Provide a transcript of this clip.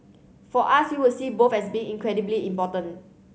for us we would see both as being incredibly important